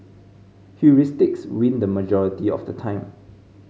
heuristics win the majority of the time